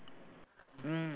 mm